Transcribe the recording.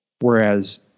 Whereas